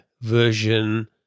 version